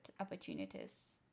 opportunities